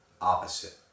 opposite